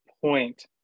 point